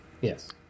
Yes